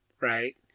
Right